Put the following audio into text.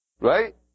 right